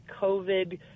COVID